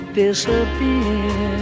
disappear